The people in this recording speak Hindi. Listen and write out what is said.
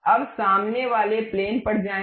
अब सामने वाले प्लेन पर जाएं